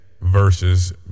Versus